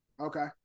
Okay